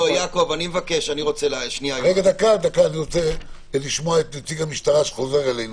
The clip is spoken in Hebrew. אני רוצה לשמוע את נציג המשטרה שחוזר אלינו.